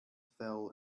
fell